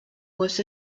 was